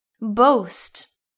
Boast